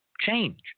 change